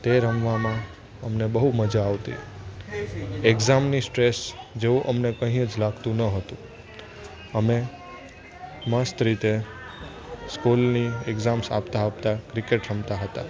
તે રમવામાં અમને બહુ મજા આવતી એક્ઝામની સ્ટ્રેસ જેવું અમને કંઈ જ લાગતું ન હતું અમે મસ્ત રીતે સ્કૂલની એકઝામ્સ આપતા આપતા ક્રિકેટ રમતા હતા